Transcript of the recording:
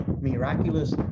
miraculous